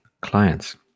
clients